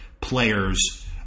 players